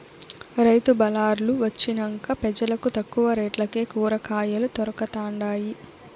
రైతు బళార్లు వొచ్చినంక పెజలకు తక్కువ రేట్లకే కూరకాయలు దొరకతండాయి